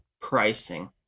pricing